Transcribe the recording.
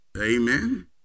Amen